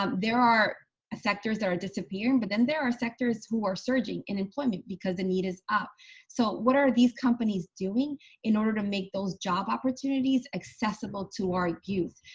um there are sectors that are disappearing but then there are sectors who are surging in employment because the need is up so what are these companies doing in order to make those job opportunities accessible to our youth?